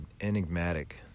enigmatic